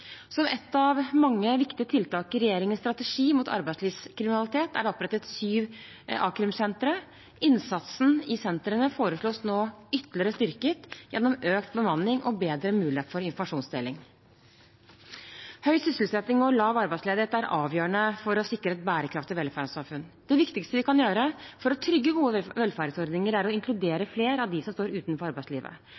Som et av mange viktige tiltak i regjeringens strategi mot arbeidslivskriminalitet er det opprettet syv a-krimsentre. Innsatsen i sentrene foreslås nå ytterligere styrket gjennom økt bemanning og bedre mulighet for informasjonsdeling. Høy sysselsetting og lav arbeidsledighet er avgjørende for å sikre et bærekraftig velferdssamfunn. Det viktigste vi kan gjøre for å trygge gode velferdsordninger, er å inkludere